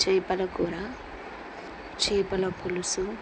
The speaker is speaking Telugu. చేపల కూర చేపల పులుసు